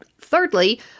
thirdly